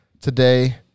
today